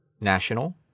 national